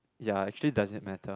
ya actually does it matter